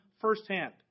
firsthand